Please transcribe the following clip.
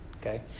Okay